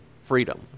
freedom